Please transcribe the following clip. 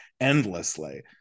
endlessly